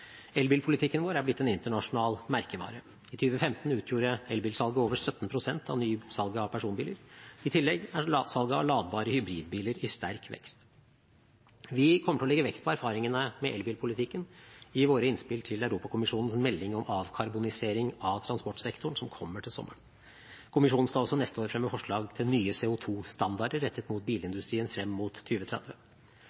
Elbilpolitikken vår er blitt en internasjonal merkevare. I 2015 utgjorde elbilsalget over 17 pst. av nysalget av personbiler. I tillegg er salget av ladbare hybridbiler i sterk vekst. Vi kommer til å legge vekt på erfaringene med elbilpolitikken i våre innspill til Europakommisjonens melding om avkarbonisering av transportsektoren, som kommer til sommeren. Kommisjonen skal også neste år fremme forslag til nye CO2-standarder rettet mot